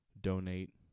donate